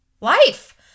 life